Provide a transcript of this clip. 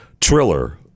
Triller